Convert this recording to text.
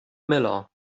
miller